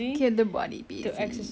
keep the body busy